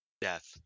Death